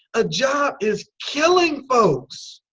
a job is killing folks.